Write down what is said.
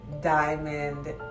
Diamond